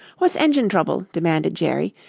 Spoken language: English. what's engine trouble? demanded jerry.